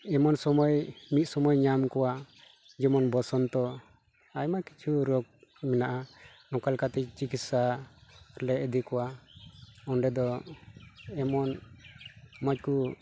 ᱮᱢᱚᱱ ᱥᱳᱢᱚᱭ ᱢᱤᱫ ᱥᱚᱢᱚᱭ ᱧᱟᱢ ᱠᱚᱣᱟ ᱡᱮᱢᱚᱱ ᱵᱚᱥᱚᱱᱛᱚ ᱟᱭᱢᱟ ᱠᱤᱪᱷᱩ ᱨᱳᱜ ᱢᱮᱱᱟᱜᱼᱟ ᱱᱚᱝᱠᱟ ᱞᱮᱠᱟᱛᱮ ᱪᱤᱠᱤᱛᱥᱟ ᱞᱮ ᱤᱫᱤ ᱠᱚᱣᱟ ᱚᱸᱰᱮ ᱫᱚ ᱮᱢᱚᱱ ᱢᱚᱡᱽ ᱠᱚ